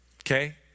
okay